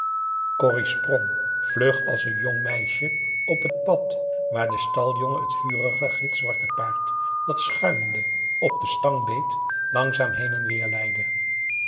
corrie sprong vlug als een jong meisje op het pad waar de staljongen het vurige gitzwarte paard dat schuimende op de stang beet langzaam heen en weêr leidde